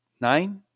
nine